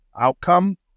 outcome